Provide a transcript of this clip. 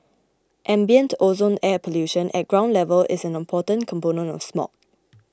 ambient ozone air pollution at ground level is an important component of smog